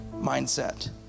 mindset